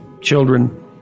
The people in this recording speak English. children